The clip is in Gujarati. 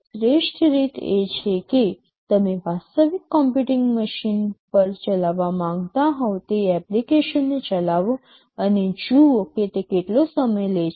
શ્રેષ્ઠ રીત એ છે કે તમે વાસ્તવિક કમ્પ્યુટિંગ મશીન પર ચલાવવા માંગતા હોવ તે એપ્લિકેશનને ચલાવો અને જુઓ કે તે કેટલો સમય લે છે